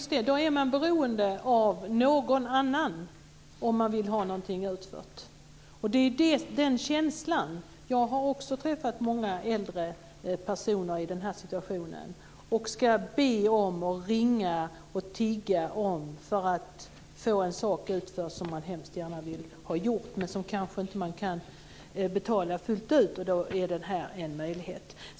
Fru talman! Ja, just det, om man vill ha någonting utfört är man beroende av någon annan. Jag har också träffat många äldre personer som befinner sig i situationen att de måste ringa, be och tigga om att få en sak utförd som man mycket gärna vill ha gjort, men som man kanske inte kan betala för fullt ut, och då är det här en möjlighet.